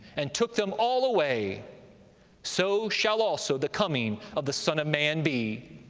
and took them all away so shall also the coming of the son of man be.